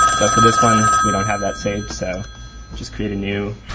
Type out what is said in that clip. but for this one we don't have that saved so just create a new